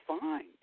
fine